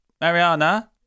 Mariana